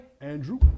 Andrew